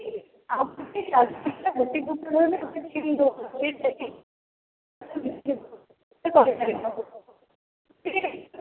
ଆଉ